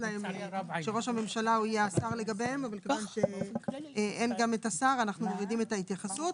שראש הממשלה יהיה השר לגביהם וכיוון שאין השר אנו מורידים את ההתייחסות.